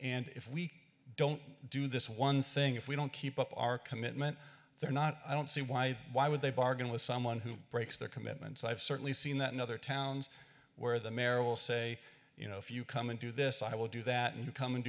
and if we don't do this one thing if we don't keep up our commitment they're not i don't see why why would they bargain with someone who breaks their commitments i've certainly seen that in other towns where the mare will say you know if you come and do this i will do that and you come and